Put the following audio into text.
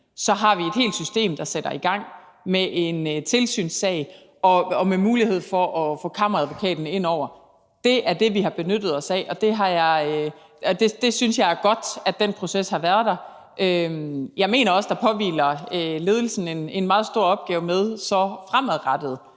så har vi et helt system, der sætter i gang med en tilsynssag og med mulighed for at få Kammeradvokaten indover. Det er det, vi har benyttet os af, og det synes jeg er godt, altså at den proces har været der. Jeg mener også, at der så påhviler ledelsen en meget stor opgave med fremadrettet